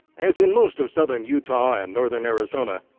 as in most of southern utah and northern arizona,